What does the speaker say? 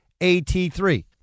AT3